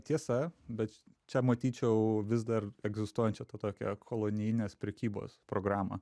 tiesa bet čia matyčiau vis dar egzistuojančią tą tokią kolonijinės prekybos programą